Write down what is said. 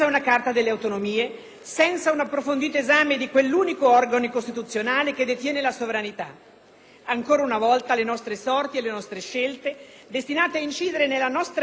Ancora una volta, le nostre sorti e le nostre scelte destinate a incidere nella nostra vita per decenni sono affidate alle segrete e manipolate decisioni di una burocrazia irresponsabile.